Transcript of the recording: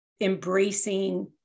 embracing